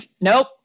nope